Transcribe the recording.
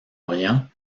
orient